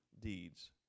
deeds